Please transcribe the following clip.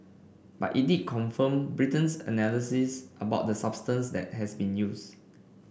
but it did confirm Britain's analysis about the substance that has been used